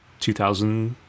2000